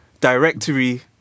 directory